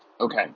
Okay